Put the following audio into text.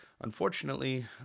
Unfortunately